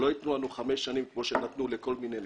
שלא ייתנו לנו חמש שנים כמו שנתנו לכל מיני נושאים,